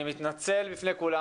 אני מתנצל בפני כולם.